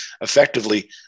effectively